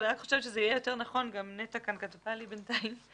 אני חושבת שזה יהיה יותר נכון - גם נטע כתבה לי שזה